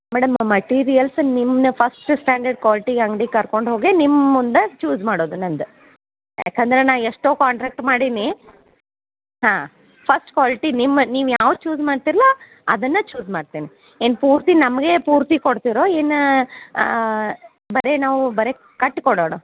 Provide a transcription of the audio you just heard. madam ನಮ್ಮ ನಿಮನ್ನಾ first standard quality ಅಂಗ್ಡಿಗೆ ಕರ್ಕೊಂಡು ಹೋಗಿ ನಿಮ್ಮ ಮುಂದೆ ಚೂಸ್ ಮಾಡುದು ನಂದು ಯಾಕಂದ್ರೆ ನಾನು ಎಷ್ಟೋ ಕಾಂಟ್ರ್ಯಾಕ್ಟ್ ಮಾಡೀನಿ ಹಾಂ ಫಸ್ಟ್ ಕ್ವಾಲ್ಟಿ ನಿಮ್ಮ ನೀವು ಯಾವ ಚೂಸ್ ಮಾಡ್ತಿರಲ್ಲ ಅದನ್ನು ಚೂಸ್ ಮಾಡ್ತೀನಿ ಇನ್ನು ಪೂರ್ತಿ ನಮಗೇ ಪೂರ್ತಿ ಕೊಡ್ತಿರೋ ಇನ್ನು ಬರಿ ನಾವು ಬರಿ ಕಟ್ಕೊಡೋಣ